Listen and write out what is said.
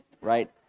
right